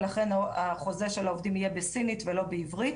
ולכן החוזה של העובדים יהיה בסינית ולא בעברית.